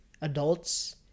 adults